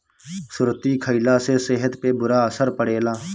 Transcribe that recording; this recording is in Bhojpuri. सुरती खईला से सेहत पे बुरा असर पड़ेला